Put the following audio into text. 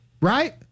Right